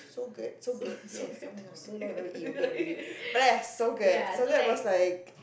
Sogurt Sogurt yes oh-my-god so long never eat yoghurt already but yes Sogurt Sogurt was like